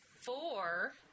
four